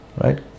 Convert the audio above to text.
Right